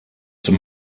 zum